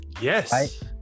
yes